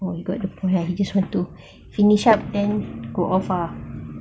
oh he just want to finish up then go off ah